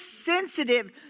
sensitive